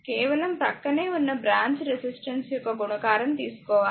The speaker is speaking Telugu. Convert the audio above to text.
కేవలం ప్రక్కనే ఉన్న బ్రాంచ్ రెసిస్టెన్స్ యొక్క గుణకారం తీసుకోవాలి